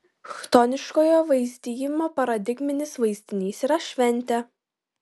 chtoniškojo vaizdijimo paradigminis vaizdinys yra šventė